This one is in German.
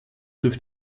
durch